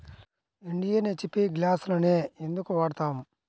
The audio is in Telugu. ఇండియన్, హెచ్.పీ గ్యాస్లనే ఎందుకు వాడతాము?